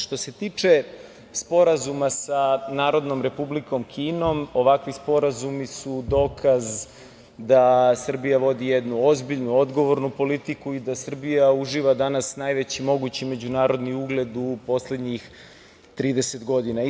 Što se tiče Sporazuma sa Narodnom Republikom Kinom, ovakvi sporazumi su dokaz da Srbija vodi jednu ozbiljnu, odgovornu politiku i da Srbija uživa danas najveći mogući međunarodni ugled u poslednjih 30 godina.